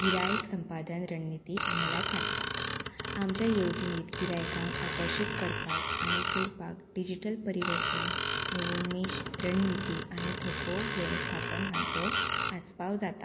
गिरायक संपादन रणनीती अमलात हाडटा आमच्या येवजणेंत गिरायकांक आकर्शीत करपाक आनी जोडपाक डिजीटल परिवर्तन नवोनीश रणनीती आनी धोको वेवस्थापन हांचो आस्पाव जाता